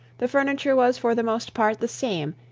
the furniture was for the most part the same,